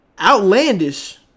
outlandish